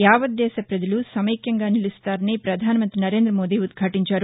యావత్ దేశ ప్రజలు సమైక్యంగా నిలుస్తారని ప్రధానమంత్రి నరేందమోదీ ఉద్వాటించారు